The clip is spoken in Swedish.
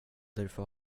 därför